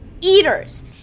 eaters